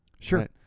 sure